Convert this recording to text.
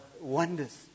wonders